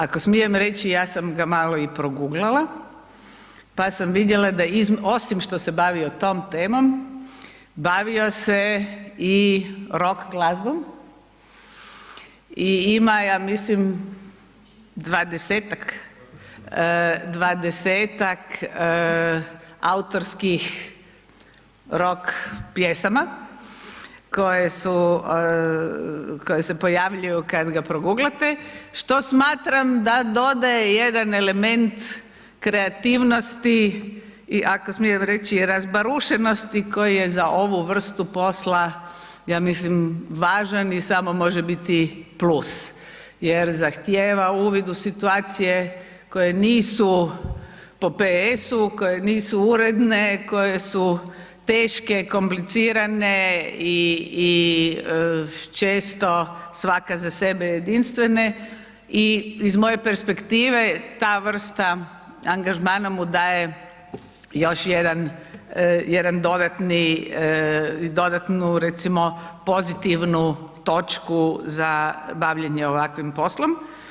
Ako smijem reći ja sam ga malo i proguglala, pa sam vidjela da između, osim što se bavio tom temom, bavio se i rock glazbom, i ima, ja mislim, dvadesetak, dvadesetak autorskih rock pjesama koje su, koje se pojavljuju kad ga proguglate, što smatram da dodaje jedan element kreativnosti i ako smijem reći i razbarušenosti, koji je za ovu vrstu posla, ja mislim važan, i samo može biti plus, jer zahtijeva uvid u situacije koje nisu po PS-u, koje nisu uredne, koje su teške, komplicirane i često svaka za sebe jedinstvene i iz moje perspektive, ta vrsta angažmana mu daje još jedan dodatnu recimo, pozitivnu točku za bavljenje ovakvim poslom.